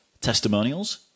testimonials